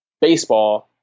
baseball